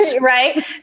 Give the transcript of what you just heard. Right